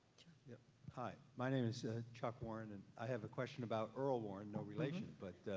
yeah hi, my name is ah chuck warren and i have a question about earl warren, no relation. but